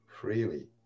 freely